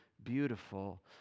Beautiful